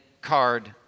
card